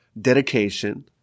dedication